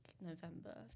November